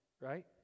right